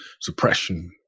suppression